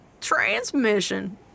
transmission